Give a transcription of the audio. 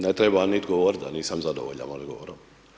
Ne trebam niti govoriti da nisam zadovoljan odgovorom.